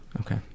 okay